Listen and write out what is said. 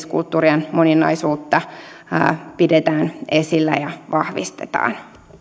kulttuurien moninaisuutta pidetään esillä ja vahvistetaan